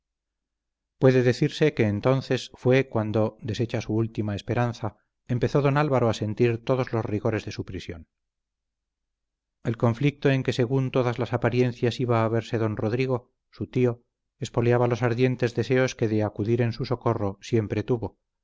puede decirse que entonces fue cuando deshecha su última esperanza empezó don álvaro a sentir todos los rigores de su prisión el conflicto en que según todas las apariencias iba a verse don rodrigo su tío espoleaba los ardientes deseos que de acudir en su socorro siempre tuvo